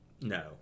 No